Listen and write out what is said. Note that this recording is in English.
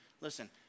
Listen